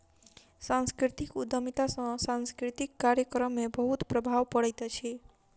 सांस्कृतिक उद्यमिता सॅ सांस्कृतिक कार्यक्रम में बहुत प्रभाव पड़ैत अछि